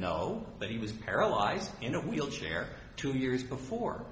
that he was paralyzed in a wheelchair two years before